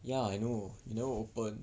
ya I know you never open